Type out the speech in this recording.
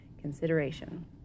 consideration